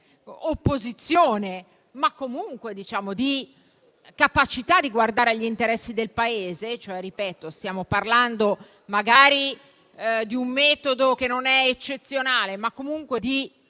opposizione con la capacità di guardare agli interessi del Paese (stiamo parlando magari di un metodo che non è eccezionale, ma comunque di